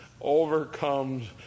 overcomes